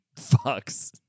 fucks